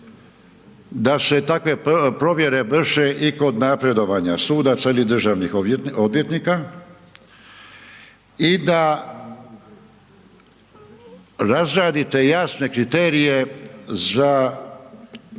da se takve provjere vrše i kod napredovanja sudaca ili državnih odvjetnika i da razradite jasne kriterije za,